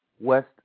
West